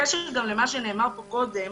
בקשר גם למה שנאמר פה קודם